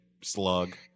slug